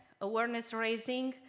awareness raising,